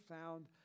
found